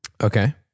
Okay